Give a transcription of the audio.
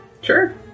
Sure